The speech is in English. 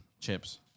chips